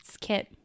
kit